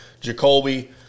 Jacoby –